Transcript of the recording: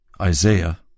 Isaiah